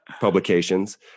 publications